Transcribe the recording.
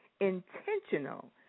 Intentional